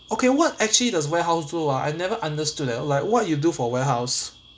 okay what actually does warehouse do ah I never understood eh like what you do for warehouse